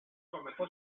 comenzó